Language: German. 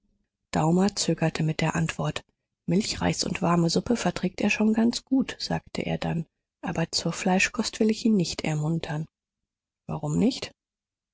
daumer zögerte mit der antwort milchreis und warme suppe verträgt er schon ganz gut sagte er dann aber zur fleischkost will ich ihn nicht ermuntern warum nicht